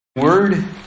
Word